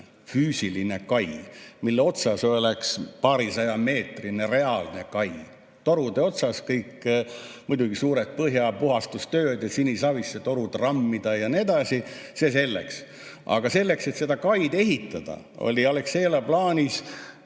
füüsiline kai, mille otsas oleks paarisajameetrine reaalne kai. Kõik torude otsas, muidugi suured põhjapuhastustööd, sinisavisse rammitud torud ja nii edasi. See selleks. Aga selleks, et seda kaid ehitada, oli Alexelal plaanis